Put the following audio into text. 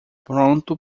pronto